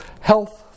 health